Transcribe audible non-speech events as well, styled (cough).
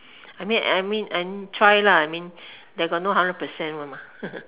I mean I mean I mean try lah I mean they got no hundred percent one lor (laughs)